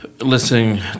listening